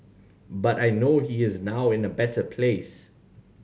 but I know he is now in a better place